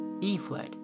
E-flat